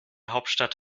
hauptstadt